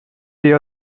die